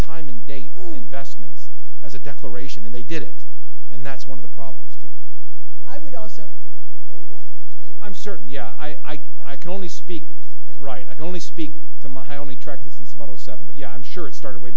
time and date on investments as a declaration and they did it and that's one of the problems too i would also i'm certain yeah i can i can only speak and write i can only speak to my only tracked since about zero seven but yeah i'm sure it started way